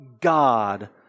God